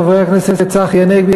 חברי הכנסת צחי הנגבי,